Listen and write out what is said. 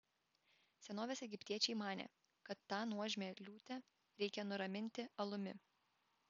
senovės egiptiečiai manė kad tą nuožmią liūtę reikia nuraminti alumi